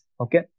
okay